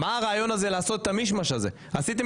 מה שאתם עושים עכשיו זה המשך ישיר להתנהלות המחפירה שעשיתם